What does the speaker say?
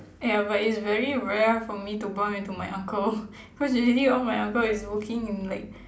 ya but is very rare for me to bump into my uncle cause usually all my uncle is working in like